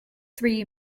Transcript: three